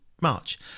March